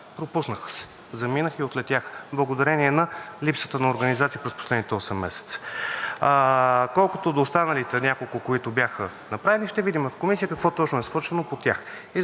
Пропуснаха се, заминаха и отлетяха благодарение на липсата на организация през последните осем месеца. Колкото до останалите – няколко, които бяха направени, ще видим в Комисията какво точно е свършено по тях